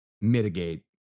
mitigate